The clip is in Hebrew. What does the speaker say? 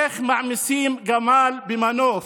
איך מעמיסים גמל במנוף.